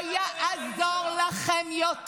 את לא עושה, לא יעזור לכם יותר,